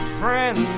friend